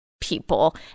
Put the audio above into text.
people